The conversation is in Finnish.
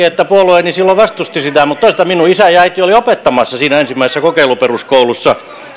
että puolueeni silloin vastusti sitä mutta minun isäni ja äitini olivat opettamassa siinä ensimmäisessä kokeiluperuskoulussa